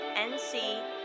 NC